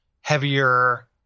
heavier